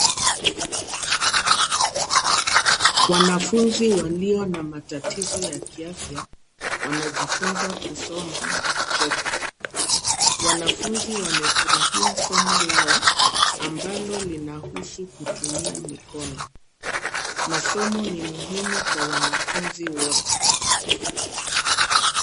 Wanafunzi walio na matatizo ya kiafya wanajifunza kusoma na kucheka. Wanafunzi wamefurahia somo lao ambalo linahusu kutumia mikono. Masomo ni muhimu kwa wanafunzi wote.